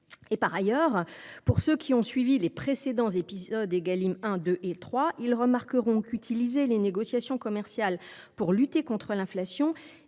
Par ailleurs, ceux qui ont suivi les précédents épisodes – Égalim 1, 2 et 3 – remarqueront qu’utiliser les négociations commerciales pour lutter contre l’inflation